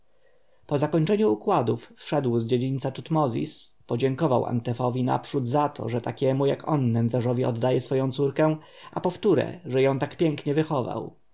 ukończeniu układów wszedł z dziedzińca tutmozis i podziękował antefowi naprzód zato że takiemu jak on nędzarzowi oddaje swoją córkę a powtóre że ją tak pięknie wychował